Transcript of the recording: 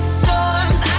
storms